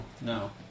No